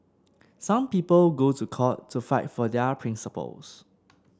some people go to court to fight for their principles